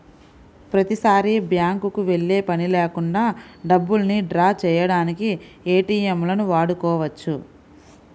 ప్రతిసారీ బ్యేంకుకి వెళ్ళే పని లేకుండా డబ్బుల్ని డ్రా చేయడానికి ఏటీఎంలను వాడుకోవచ్చు